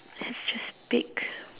lets pick